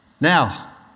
Now